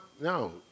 no